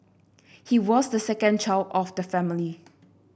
he was the second child of the family